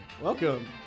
Welcome